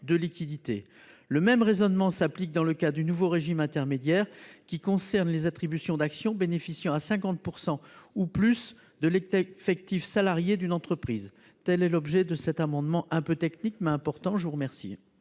de liquidités. Le même raisonnement s’appliquerait dans le cas du nouveau régime intermédiaire, qui concernerait les attributions d’actions bénéficiant à 50 % ou plus de l’effectif salarié d’une entreprise. Tel est l’objet de cet amendement un peu technique, mais important. Quel